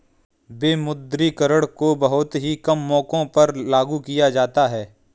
विमुद्रीकरण को बहुत ही कम मौकों पर लागू किया जाता है